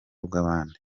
bw’abandi